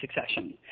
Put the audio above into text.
succession